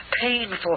painful